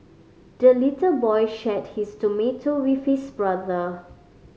the little boy shared his tomato with his brother